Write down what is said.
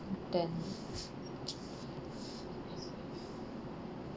then